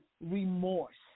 remorse